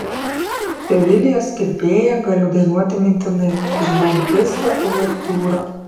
sevilijos kirpėją galiu dainuoti mintinai žinau visą uvertiūrą